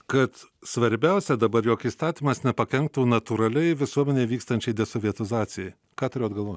kad svarbiausia dabar jog įstatymas nepakenktų natūraliai visuomenėj vykstančiai desovietizacijai ką turėjot galvoj